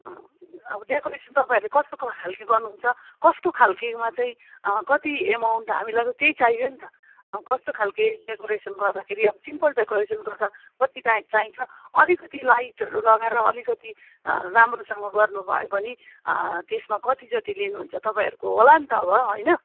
अब डेकोरेसन तपाईँहरूले कस्तो कस्तो खालके कस्तो खालकेमा चाहिँ कति अमाउन्ट हामीलाई त त्यही चाहियो नि त कस्तो खालके डेकोरेसन गर्दाखेरि अब सिम्पल डेकोरेसन गर्दा कति चा चाहिन्छ अलिकति लाइटहरू लगाएर अलिकति राम्रोसँग गर्नुभयो भने त्यसमा कति जस्तो लिनुहुन्छ तपाईँहरूको होला नि त अब होइन